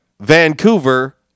Vancouver